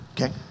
Okay